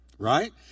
right